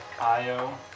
Io